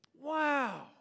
Wow